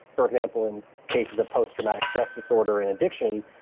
for example, in cases of post-traumatic stress disorder and addiction,